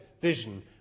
vision